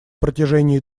протяжении